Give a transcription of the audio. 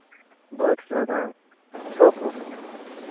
بہٕ حظ چھُس روزان سوپور حظ